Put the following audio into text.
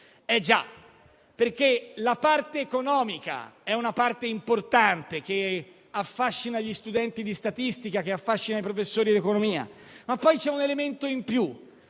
Eh già, perché la parte economica è una parte importante che affascina gli studenti di statistica e i professori di economia, ma c'è poi un elemento in più: